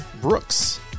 Brooks